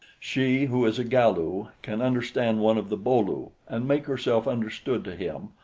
she, who is a galu, can understand one of the bo-lu and make herself understood to him,